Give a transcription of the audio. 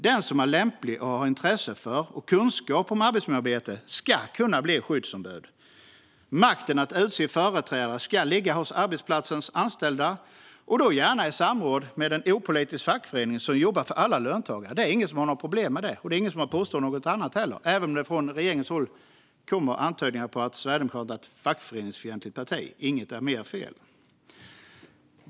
Den som är lämplig och har intresse för och kunskap om arbetsmiljöarbete ska kunna bli skyddsombud. Makten att utse företrädare ska ligga hos arbetsplatsens anställda och då gärna i samråd med en opolitisk fackförening som jobbar för alla löntagare. Det är ingen som har några problem med det, och det är ingen som har påstått något annat, även om det från regeringens håll kommer antydningar om att Sverigedemokraterna är ett fackföreningsfientligt parti. Inget är mer fel.